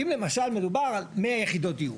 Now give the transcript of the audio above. אם למשל מדובר על 100 יחידות דיור.